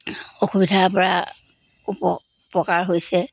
অসুবিধাৰ পৰা উপকাৰ হৈছে